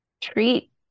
Treat